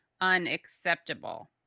unacceptable